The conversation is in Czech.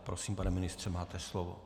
Prosím, pane ministře, máte slovo.